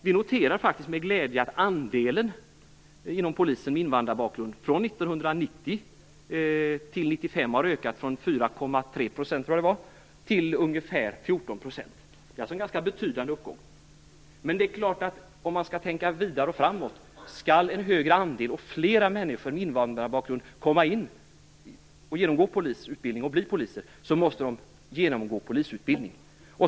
Vi noterar med glädje att den andel som har invandrarbakgrund från 1990 till 1995 har ökat från 4,3 % till ungefär 14 %. Det är en ganska betydande uppgång. Men om man skall tänka framåt är det klart att man måste tänka på följande: Om flera människor med invandrarbakgrund skall bli poliser måste de genomgå polisutbildning.